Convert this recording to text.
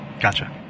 Gotcha